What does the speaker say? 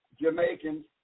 Jamaicans